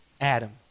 Adam